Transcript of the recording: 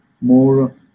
more